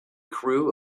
crew